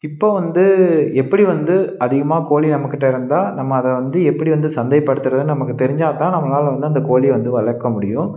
இப்போ வந்து எப்படி வந்து அதிகமாக கோழி நம்மகிட்ட இருந்தால் நம்ம அதை வந்து எப்படி வந்து சந்தைப்படுத்துகிறது நமக்கு தெரிஞ்சால்தான் நம்மளால் வந்து அந்த கோழியை வந்து வளர்க்கமுடியும்